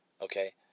Okay